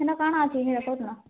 ହେନ୍ କାଣା ଅଛି କହୁଥିଲ